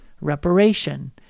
reparation